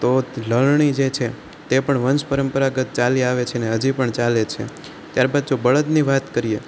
તો લણણી છે તે પણ વંશ પરંપરાગત ચાલી આવે છે ને હજી પણ ચાલે જ છે ત્યારબાદ જો બળદની વાત કરીએ